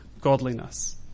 godliness